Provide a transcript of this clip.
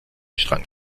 strang